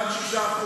מעל 6%,